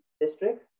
districts